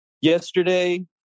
Yesterday